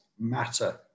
matter